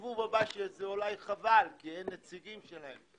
לסיבוב הבא שזה אולי חבל כי הם נציגים שלהם.